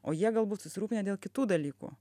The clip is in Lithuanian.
o jie galbūt susirūpinę dėl kitų dalykų